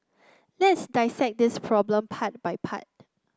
let's dissect this problem part by part